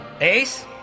Ace